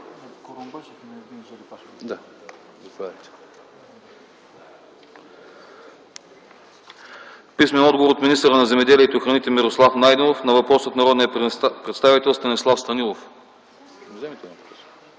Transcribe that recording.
писмен отговор от министъра на земеделието и храните Мирослав Найденов на въпрос от народния представител Станислав Станилов;